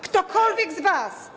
Ktokolwiek z was?